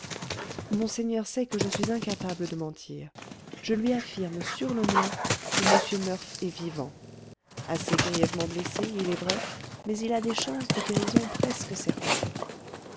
monseigneur sait que je suis incapable de mentir je lui affirme sur l'honneur que m murph est vivant assez grièvement blessé il est vrai mais il a des chances de guérison presque certaines